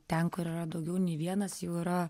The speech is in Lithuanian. ten kur yra daugiau nei vienas jau yra